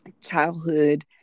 childhood